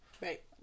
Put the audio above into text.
right